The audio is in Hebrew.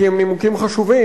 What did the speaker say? כי הם נימוקים חשובים.